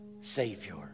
Savior